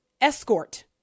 Escort